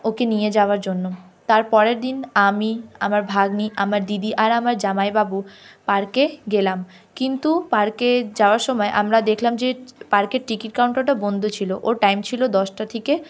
ওকে নিয়ে যাওয়ার জন্য তার পরের দিন আমি আমার ভাগ্নি আমার দিদি আর আমার জামাইবাবু পার্কে গেলাম কিন্তু পার্কে যাওয়ার সময় আমরা দেখলাম যে পার্কের টিকিট কাউন্টারটা বন্ধ ছিল ওর টাইম ছিল দশটা থেকে